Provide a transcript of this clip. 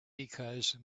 because